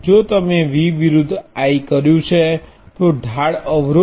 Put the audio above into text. જો તમે V વિરુદ્ધ I કર્યું છે તો ઢાળ અવરોધ હશે